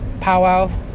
powwow